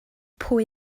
pwy